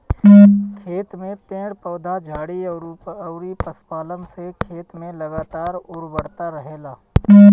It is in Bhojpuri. खेत में पेड़ पौधा, झाड़ी अउरी पशुपालन से खेत में लगातार उर्वरता रहेला